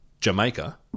Jamaica